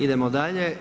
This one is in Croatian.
Idemo dalje.